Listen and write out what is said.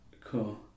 cool